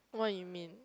what you mean